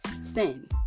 Sin